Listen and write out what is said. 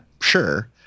sure